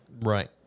Right